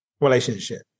relationship